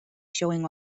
showing